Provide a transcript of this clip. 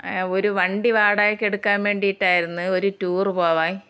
ഒരു വണ്ടി വാടകയ്ക്ക് എടുക്കാന് വേണ്ടിട്ട് ആയിരുന്നു ഒരു ടൂറ് പോവാന്